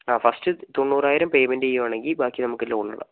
ആ ഫസ്റ്റ് തൊണ്ണൂറായിരം പേയ്മെന്റ്റ് ചെയ്യുവാണെങ്കിൽ ബാക്കി നമുക്ക് ലോണിടാം